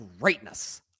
greatness